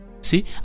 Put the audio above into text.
See